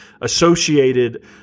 associated